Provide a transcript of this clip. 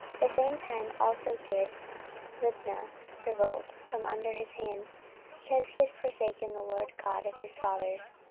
the same time also did libnah revolt from under his hand because he had forsaken the lord god of his fathers.